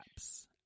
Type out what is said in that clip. apps